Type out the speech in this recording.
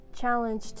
challenge